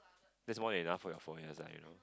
that's more than enough for your formulas lah you know